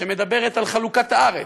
שמדברת על חלוקת הארץ,